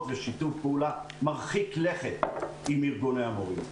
ושיתוף פעולה מרחיק לכת עם ארגוני המורים.